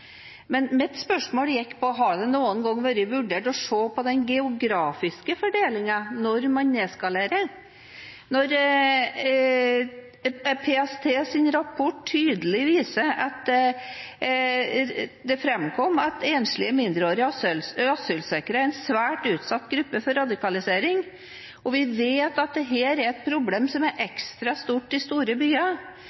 Men mitt spørsmål gikk på om det noen gang har vært vurdert å se på den geografiske fordelingen når man nedskalerer. PSTs rapport viser tydelig at enslige mindreårige asylsøkere er en svært utsatt gruppe for radikalisering, og vi vet at det er et problem som er